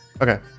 Okay